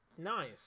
nice